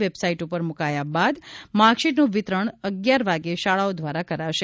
website ઉપર મુકાયા બાદ માર્ગશીટનું વિતરણ અગિયાર વાગ્યે શાળાઓ દ્વારા કરાશે